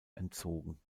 entzogen